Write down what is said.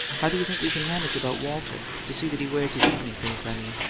how do you think we can manage about walter to see that he wears his evening things, i mean?